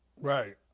Right